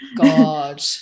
God